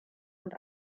und